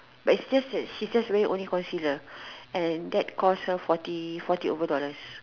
but it's just that she's just wearing only concealer and that cost her forty forty over dollars